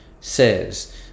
says